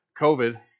COVID